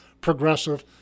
progressive